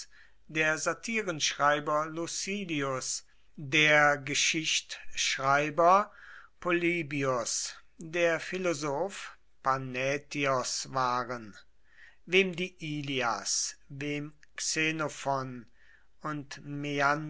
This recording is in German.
der satirenschreiber lucilius der geschichtschreiber polybios der philosoph panätios waren wem die ilias wem xenophon und